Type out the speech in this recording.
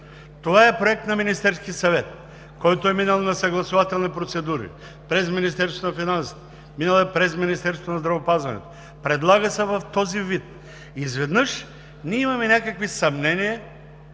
Това е проект на Министерския съвет, който е минал на съгласувателни процедури през Министерството на финансите, минал е през Министерството на здравеопазването, предлага се в този вид. Изведнъж ние имаме някакви съмнения,